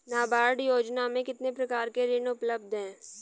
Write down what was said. नाबार्ड योजना में कितने प्रकार के ऋण उपलब्ध हैं?